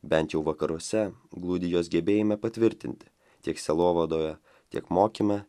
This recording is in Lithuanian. bent jau vakaruose glūdi jos gebėjime patvirtinti tiek sielovadoje tiek mokyme